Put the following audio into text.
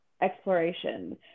exploration